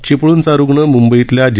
चिपळूणचा रुग्ण मुंबईतल्या जे